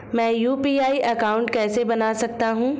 मैं UPI account कैसे बना सकता हूं?